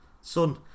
Son